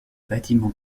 bâtiments